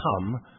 come